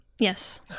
Yes